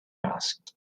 asked